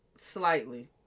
Slightly